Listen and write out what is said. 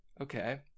Okay